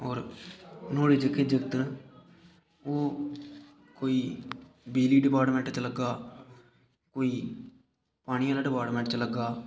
होर नोआडे़ जेह्के जागत न ओह् कोई बिजली डिपार्टमेंट च लग्गा दा कोई पानी आह्ले डिपार्टमेंट च लग्गा दा